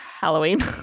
Halloween